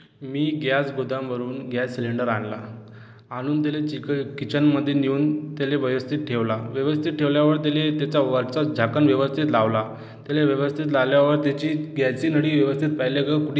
मी gas गोदामवरून gas cylinder आणला आणून त्याले चीक किचनमधे नेऊन त्याले व्यवस्थित ठेवला व्यवस्थित ठेवल्यावर त्याले त्याचा वरचा झाकण व्यवस्थित लावला त्याले व्यवस्थित लावल्यावर त्याची गॅसची नळी व्यवस्थित पाहिलं का कुठे